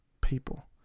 people